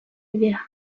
bidea